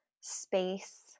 space